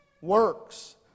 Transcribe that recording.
works